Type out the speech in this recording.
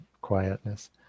quietness